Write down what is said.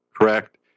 Correct